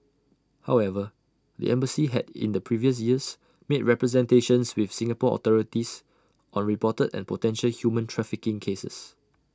however the embassy had in the previous years made representations with Singapore authorities on reported and potential human trafficking cases